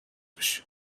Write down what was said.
بشه